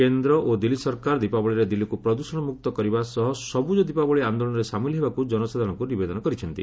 କେନ୍ଦ୍ର ଓ ଦିଲ୍ଲୀ ସରକାର ଦୀପାବଳିରେ ଦିଲ୍ଲୀକୁ ପ୍ରଦୃଷଣମୁକ୍ତ କରିବା ସହ ସବୁଜ ଦୀପାବଳି ଆନ୍ଦୋଳନରେ ସାାମିଲ ହେବାକୁ ଜନସାଧାରଣଙ୍କୁ ନିବେଦନ କରିଛନ୍ତି